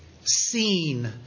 seen